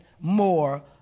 more